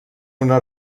una